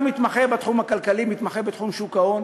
אתה מתמחה בתחום הכלכלי, מתמחה בתחום שוק ההון,